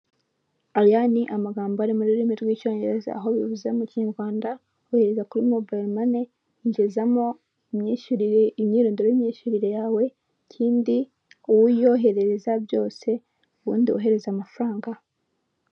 Aya ni amagambo ari mu rurimi rw'icyongereza aho bivuze mu kinyarwanda, ohereza kuri mobiyiro mani injisamo imyishyurire, imyirondo y'imyishyurire yawe, ikindi uwo uyoherereza byose ubundi wohereza amafaranga.